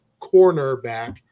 cornerback